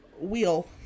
Wheel